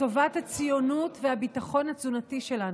לטובת הציונות והביטחון התזונתי שלנו.